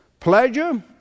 Pleasure